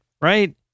right